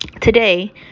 today